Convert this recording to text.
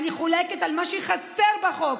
אני חולקת על מה שחסר בחוק.